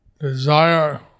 desire